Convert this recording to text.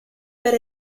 per